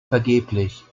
vergeblich